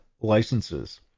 licenses